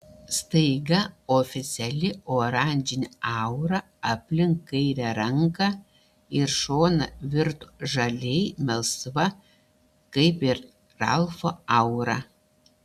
staiga oficiali oranžinė aura aplink kairę ranką ir šoną virto žaliai melsva kaip ir ralfo aura